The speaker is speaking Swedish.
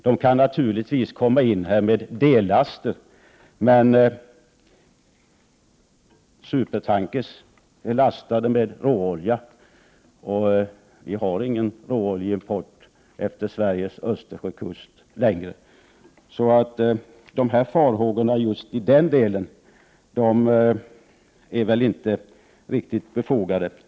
De kan naturligtvis komma in med dellaster, men supertankrar är lastade med råolja, och vi har ingen råoljeimport efter Sveriges östersjökust längre. Så farhågorna just i den delen är inte riktigt befogade.